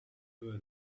were